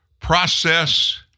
process